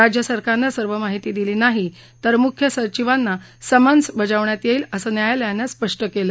राज्यसरकारनं सर्व माहिती दिली नाही तर मुख्य सचिवांना समन्स बजावण्यात येईल असं न्यायालयानं स्पष्ट केलं